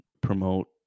promote